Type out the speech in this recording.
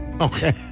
Okay